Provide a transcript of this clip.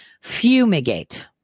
Fumigate